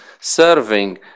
serving